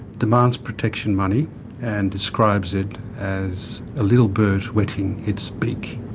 demands protection money and describes it as a little bird wetting its beak.